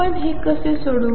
आपण हे कसे सोडवू